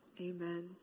Amen